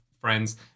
friends